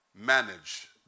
manage